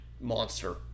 monster